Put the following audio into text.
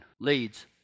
leads